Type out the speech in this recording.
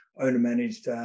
owner-managed